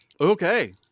Okay